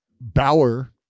Bauer